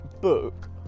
book